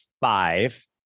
five